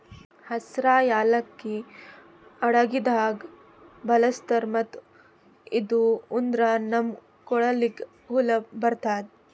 ಹಸ್ರ್ ಯಾಲಕ್ಕಿ ಅಡಗಿದಾಗ್ ಬಳಸ್ತಾರ್ ಮತ್ತ್ ಇದು ಉಂಡ್ರ ನಮ್ ಕೂದಲಿಗ್ ಹೊಳಪ್ ಬರ್ತದ್